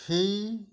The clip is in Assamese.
সেই